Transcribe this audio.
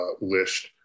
list